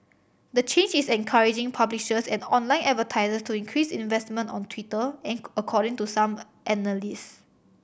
the change is encouraging publishers and online advertiser to increase investment on Twitter according to some analyst